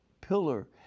pillar